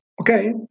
Okay